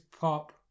pop